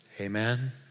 Amen